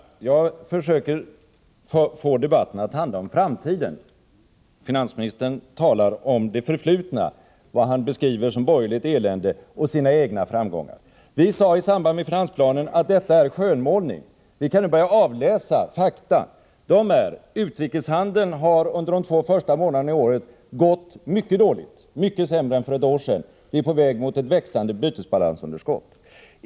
Herr talman! Jag försöker få debatten att handla om framtiden. Finansministern talar om det förflutna. Vad han beskriver är borgerligt elände och egna framgångar. Vi sade, i samband med finansplanen, att detta är skönmålning. Vi kan ju avläsa fakta: Utrikeshandeln har under de två första månaderna i år gått mycket dåligt, mycket sämre än för ett år sedan. Vi är på väg mot ett växande bytesbalansunderskott.